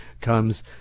comes